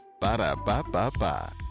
Ba-da-ba-ba-ba